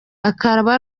akaba